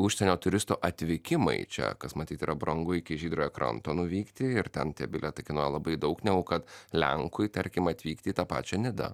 užsienio turistų atvykimai čia kas matyt yra brangu iki žydrojo kranto nuvykti ir ten tie bilietai kainuoja labai daug negu kad lenkui tarkim atvykti į tą pačią nidą